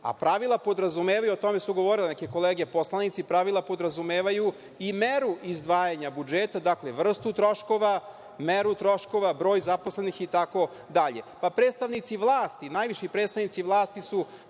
a pravila podrazumevaju, o tome su govorile neke kolege poslanici, pravila podrazumevaju i meru izdvajanja budžeta, dakle vrstu troškova, meru troškova, broj zaposlenih itd. Predstavnici vlasti, najviši predstavnici vlasti su